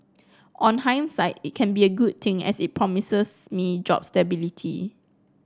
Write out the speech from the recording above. on hindsight it can be a good thing as it promises me job stability